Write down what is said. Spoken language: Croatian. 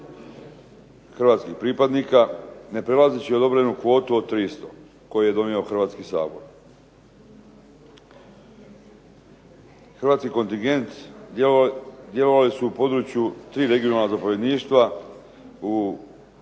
hrvatskih pripadnika ne prelazeći odobrenu kvotu od 300 koju je donio Hrvatski sabor. Hrvatski kontingent djelovali su u području tri regionalna zapovjedništva u Kabulu,